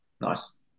Nice